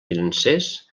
financers